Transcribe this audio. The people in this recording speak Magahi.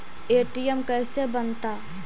ए.टी.एम कैसे बनता?